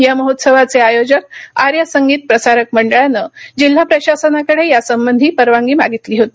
या महोत्सवाचे आयोजक आर्य संगीत प्रसारक मंडळानं जिल्हा प्रशासनाकडे या संबंधी परवानगी मागितली होती